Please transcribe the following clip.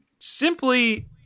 simply